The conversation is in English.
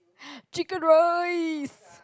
chicken rice